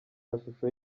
mashusho